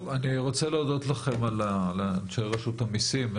טוב, אני רוצה להודות לכם, אנשי רשות המיסים.